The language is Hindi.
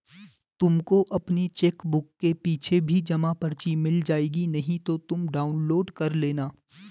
तुमको अपनी चेकबुक के पीछे भी जमा पर्ची मिल जाएगी नहीं तो तुम डाउनलोड कर लेना